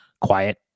quiet